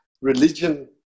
religion